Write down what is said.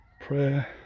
prayer